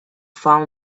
found